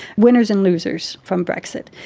winners and losers from brexit.